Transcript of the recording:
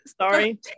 sorry